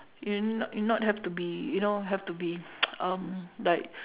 you n~ you not have to be you know have to be um like